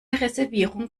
reservierung